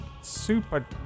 super